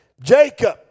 Jacob